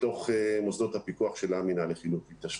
בתוך מוסדות הפיקוח של המינהל לחינוך התיישבותי.